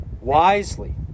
wisely